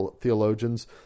theologians